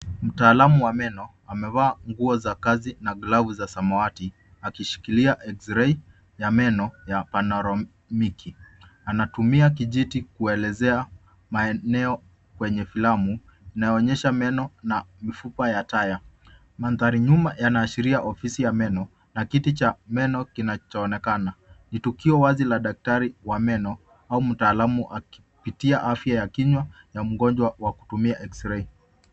Mtaalamu wa meno amevaa nguo za kazi na glavu za samawati akishikilia eksirei ya meno ya panaromiki. Anatumia kijiti kuelezea maeneo kwenye filamu; inaonyesha meno na mifupa ya taya. Mandhari nyuma yanaashiria ofisi ya meno na kiti cha meno kinachoonekana. Ni tukio wazi la daktari wa meno au mtaalamu akipitia afya ya kinywa ya mgonjwa kwa kutumia eksrei.